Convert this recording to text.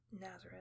nazareth